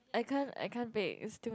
I can't I can't pick there's too many